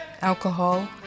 alcohol